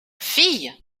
fille